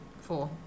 Four